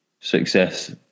success